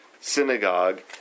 synagogue